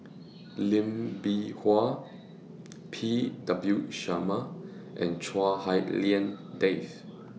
Lee Bee Wah P W Sharma and Chua Hak Lien Dave